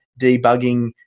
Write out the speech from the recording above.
debugging